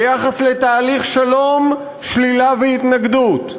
ביחס לתהליך השלום, שלילה והתנגדות,